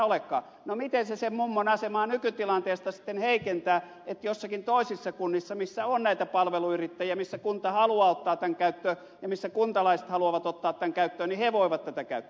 no miten se sen mummon asemaa nykytilanteesta sitten heikentää että joissakin toisissa kunnissa missä on näitä palveluyrittäjiä missä kunta haluaa ottaa tämän käyttöön ja missä kuntalaiset haluavat ottaa tämän käyttöön kuntalaiset voivat tätä käyttää